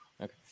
Okay